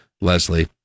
Leslie